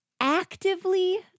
actively